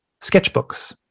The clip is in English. sketchbooks